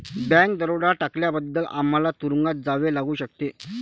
bank दरोडा टाकल्याबद्दल आम्हाला तुरूंगात जावे लागू शकते